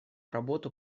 работу